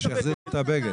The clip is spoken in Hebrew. לא בהכרח.